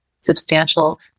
substantial